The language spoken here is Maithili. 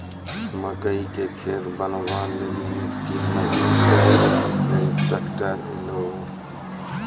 मकई के खेत बनवा ले ली मिट्टी महीन करे ले ली ट्रैक्टर ऐलो?